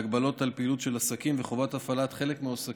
הגבלות על פעילותם של עסקים וחובת הפעלת חלק מהעסקים,